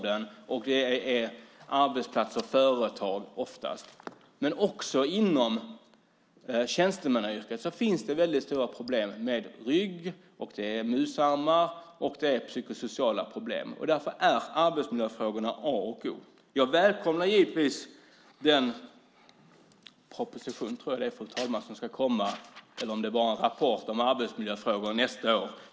Det är oftast problem på företag, men också inom tjänstemannayrket finns det stora problem med ryggar och musarmar, och man har psykosociala problem. Därför är arbetsmiljöfrågorna A och O. Jag välkomnar givetvis den proposition, tror jag att det är, fru talman, som ska komma nästa år, eller om det bara är en rapport om arbetsmiljöfrågor.